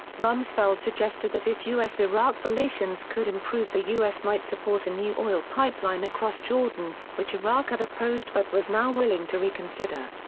rumsfeld suggested that if u s iraq relations could improve the u s. might support a new oil pipeline across jordan, which iraq had opposed but was now willing to reconsider.